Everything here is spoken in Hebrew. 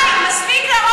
נא לאפשר לו לסיים.